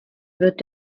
wird